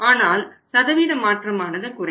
ஆனால் சதவீத மாற்றமானது குறையும்